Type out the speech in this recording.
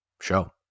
show